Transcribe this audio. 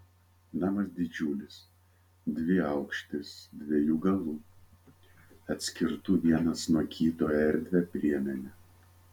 namas didžiulis dviaukštis dviejų galų atskirtų vienas nuo kito erdvia priemene